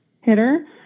hitter